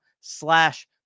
slash